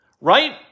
right